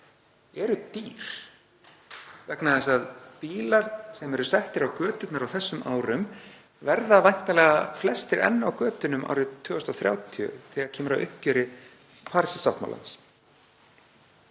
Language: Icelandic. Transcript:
eru dýr vegna þess að bílar sem eru settir á göturnar á þessum árum verða væntanlega flestir enn á götunum árið 2030 þegar kemur að uppgjöri Parísarsáttmálans.